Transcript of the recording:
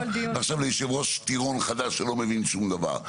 ועכשיו ליושב ראש טירון חדש שלא מבין שום דבר.